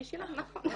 נכון.